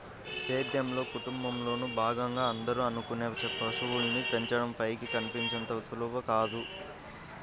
సేద్యంలో, కుటుంబంలోను భాగంగా అందరూ అనుకునే పశువుల్ని పెంచడం పైకి కనిపించినంత సులువు కాదు